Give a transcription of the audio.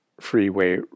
freeway